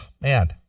man